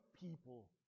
people